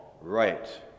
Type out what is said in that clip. right